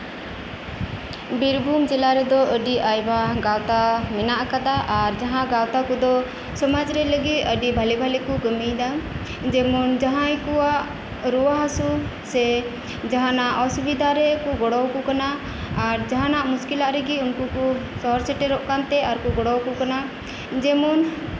ᱵᱤᱨᱵᱷᱩᱩᱢ ᱡᱮᱞᱟ ᱨᱮᱫᱚ ᱟᱹᱰᱤ ᱟᱭᱢᱟ ᱜᱟᱶᱛᱟ ᱢᱮᱱᱟᱜ ᱟᱠᱟᱫᱟ ᱟᱨ ᱡᱸᱦᱟ ᱜᱟᱶᱛᱟ ᱠᱚᱫᱚ ᱥᱚᱢᱟᱡ ᱨᱮ ᱞᱟᱹᱜᱤᱫ ᱵᱷᱟᱹᱜᱤ ᱵᱷᱟᱹᱜᱤ ᱠᱚ ᱠᱟᱹᱢᱤᱭᱮᱫᱟ ᱡᱮᱢᱚᱱ ᱡᱟᱸᱦᱟᱭ ᱠᱚᱣᱟᱜ ᱨᱩᱣᱟᱹ ᱦᱟᱹᱥᱩ ᱚᱥᱩᱵᱤᱫᱷᱟ ᱨᱮᱠᱚ ᱜᱚᱲᱚ ᱟᱠᱚ ᱠᱟᱱᱟ ᱟᱨ ᱡᱟᱸᱦᱟᱱᱟᱜ ᱢᱩᱥᱠᱤᱞᱟᱜ ᱨᱮᱜᱮ ᱩᱱᱠᱩ ᱠᱚ ᱥᱚᱦᱚᱨ ᱥᱮᱴᱮᱨᱚᱜ ᱠᱟᱱᱛᱮ ᱟᱨᱠᱚ ᱜᱚᱲᱚ ᱟᱠᱚ ᱠᱟᱱᱟ ᱡᱮᱢᱚᱱ